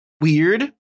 weird